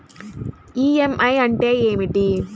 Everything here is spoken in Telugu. ఈ.ఎం.ఐ అంటే ఏమిటి?